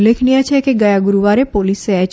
ઉલ્લેખનીય છે કે ગયા ગુરૂવારે પોલીસે એચ